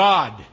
God